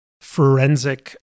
forensic